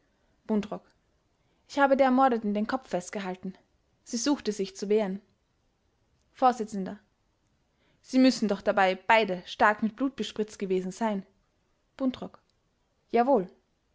buntrock ich habe der ermordeten den kopf festgehalten sie suchte sich zu wehren vors sie müssen doch dabei beide stark mit blut bespritzt gewesen sein buntrock jawohl